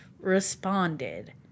responded